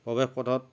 প্ৰৱেশ পথত